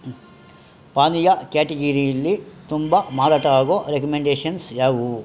ಪಾನೀಯ ಕ್ಯಾಟಿಗಿರೀಯಲ್ಲಿ ತುಂಬ ಮಾರಾಟ ಆಗೋ ರೆಕಮೆಂಡೇಷನ್ಸ್ ಯಾವುವು